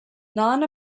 non